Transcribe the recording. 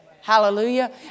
Hallelujah